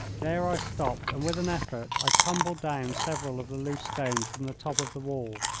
there i stopped, and with an effort i tumbled down several of the loose stones from the top of the wall.